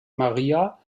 maria